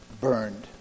burned